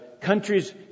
countries